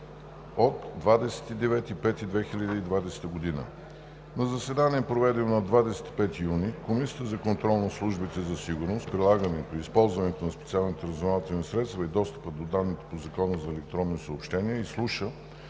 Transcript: от 29 май 2020 г. На заседание, проведено на 25 юни 2020 г., Комисията за контрол над службите за сигурност, прилагането и използването на специалните разузнавателни средства и достъпа до данните по Закона за електронните съобщения изслуша